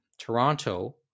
Toronto